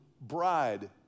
bride